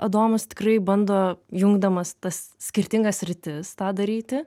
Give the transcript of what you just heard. adomas tikrai bando jungdamas tas skirtingas sritis tą daryti